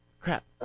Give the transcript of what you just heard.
Crap